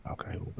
Okay